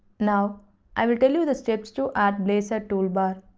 now i will tell you the steps to add blazor toolbar.